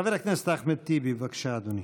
חבר הכנסת אחמד טיבי, בבקשה, אדוני.